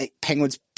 Penguins